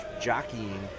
jockeying